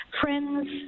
friends